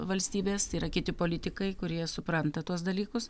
valstybės tai yra kiti politikai kurie supranta tuos dalykus